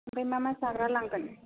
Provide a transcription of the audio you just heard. ओमफ्राय मा मा जाग्रा लांगोन